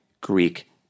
Greek